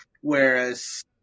Whereas